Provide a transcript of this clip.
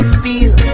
feel